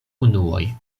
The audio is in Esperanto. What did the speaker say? unuoj